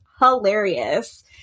hilarious